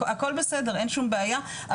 הכול בסדר,